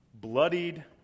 bloodied